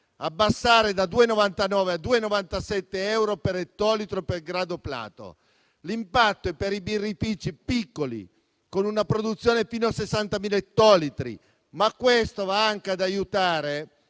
l'accisa da 2,99 a 2,97 euro per ettolitro e per grado Plato. L'impatto è per i birrifici piccoli, con una produzione fino a 60.000 ettolitri, ma questa misura va anche ad aiutare